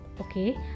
okay